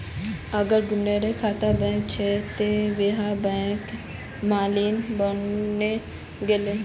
अगर सुमनेर खाता बैंकत छ त वोहों बैंकेर मालिक बने गेले